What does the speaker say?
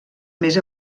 més